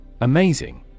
Amazing